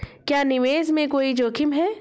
क्या निवेश में कोई जोखिम है?